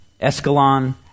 Escalon